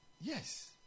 Yes